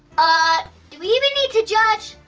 ah, do we even need to judge?